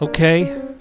Okay